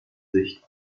sicht